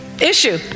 issue